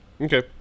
Okay